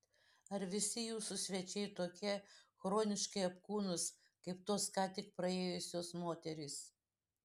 ar visi jūsų svečiai tokie chroniškai apkūnūs kaip tos ką tik praėjusios moterys